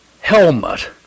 helmet